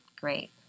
great